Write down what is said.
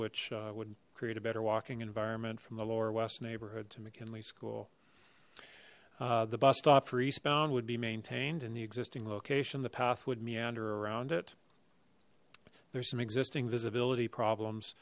which would create a better walking environment from the lower west neighborhood to mckinley school the bus stop for eastbound would be maintained in the existing location the path would meander around it there's some existing visibility problems